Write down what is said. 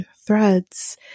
threads